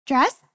Dress